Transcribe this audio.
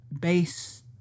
base